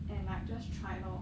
and like just try lor